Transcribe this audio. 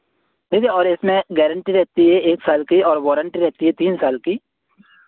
ठीक है और इसमें गैरेंटी रहती है एक साल की और वारंटी रहती है तीन साल की